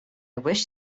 wish